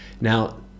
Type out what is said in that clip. Now